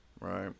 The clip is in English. right